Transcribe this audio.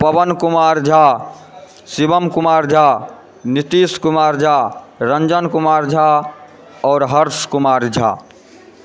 पवन कुमार झा शिवम कुमार झा नितीश कुमार झा रंजन कुमार झा आओर हर्ष कुमार झा